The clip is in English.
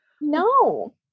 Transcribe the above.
No